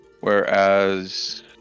whereas